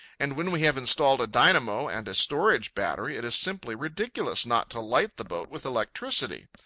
and when we have installed a dynamo and a storage battery, it is simply ridiculous not to light the boat with electricity.